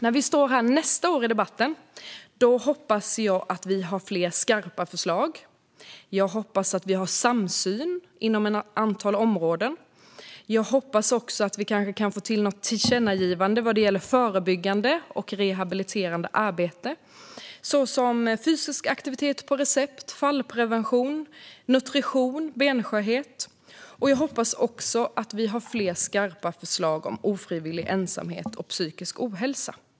När vi står här och debatterar nästa år hoppas jag att vi har fler skarpa förslag, jag hoppas att vi har samsyn inom ett antal områden och jag hoppas att vi kanske kan få till något tillkännagivande när det gäller förebyggande och rehabiliterande arbete i fråga om fysisk aktivitet på recept, fallprevention, nutrition och benskörhet. Jag hoppas också att vi har fler skarpa förslag om ofrivillig ensamhet och psykisk ohälsa.